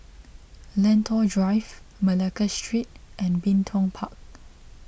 Lentor Drive Malacca Street and Bin Tong Park